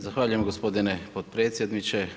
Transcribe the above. Zahvaljujem gospodine potpredsjedniče.